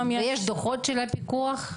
ויש דוחות של הפיקוח?